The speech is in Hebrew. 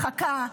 נמחקה?